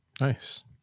Nice